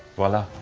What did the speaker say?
wella.